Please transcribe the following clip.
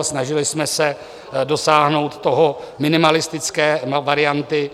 Snažili jsme se dosáhnout minimalistické varianty.